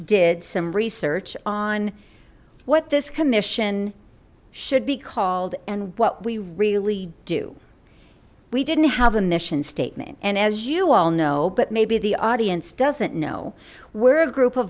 did some research on what this commission should be called and what we really do we didn't have a mission statement and as you all know but maybe the audience doesn't know we're a group of